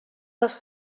les